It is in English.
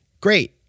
great